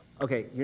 okay